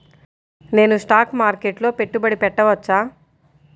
నేను స్టాక్ మార్కెట్లో పెట్టుబడి పెట్టవచ్చా?